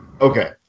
Okay